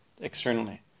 externally